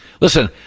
listen